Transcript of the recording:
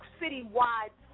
citywide